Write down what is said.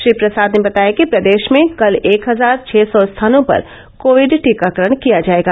श्री प्रसाद ने बताया कि प्रदेश में कल एक हजार छः सौ स्थानों पर कोविड टीकाकरण किया जायेगा